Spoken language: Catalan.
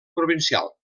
provincial